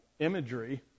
imagery